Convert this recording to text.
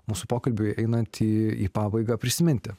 mūsų pokalbiui einant į į pabaigą prisiminti